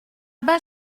bas